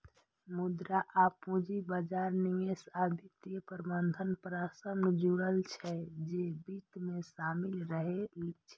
मुद्रा आ पूंजी बाजार, निवेश आ वित्तीय प्रबंधन परस्पर जुड़ल छै, जे वित्त मे शामिल रहै छै